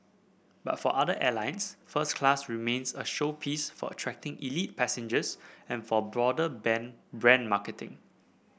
but for other airlines first class remains a showpiece for attracting elite passengers and for broader band brand marketing